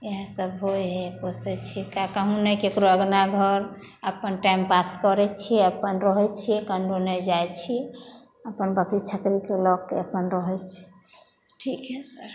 यहए सभ होइ हइ पोसै छियै कहूँ नहि ककरो अंगना घर अपन टाइम पास करै छियै अपन रहै छै कनहु नहि जाइ छी अपन बकरी छकरीके लऽके अपन रहै छी ठीक है सर